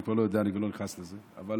אני כבר לא יודע, אני גם לא נכנס לזה, אבל